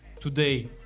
today